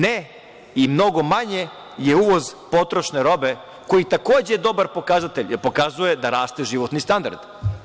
Ne i mnogo manje je uvoz potrošne robe, koji je takođe dobar pokazatelj jer pokazuje da raste životni standard.